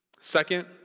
Second